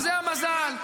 וזה המזל,